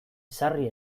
sarri